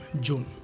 June